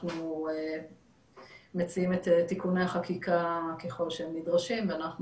אנחנו מציעים את תיקוני החקיקה ככל שהם נדרשים ואנחנו